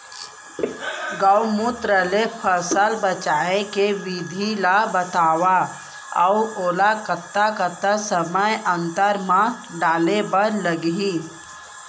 गौमूत्र ले फसल बचाए के विधि ला बतावव अऊ ओला कतका कतका समय अंतराल मा डाले बर लागही?